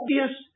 obvious